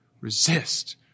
Resist